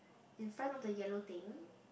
in front of the yellow thing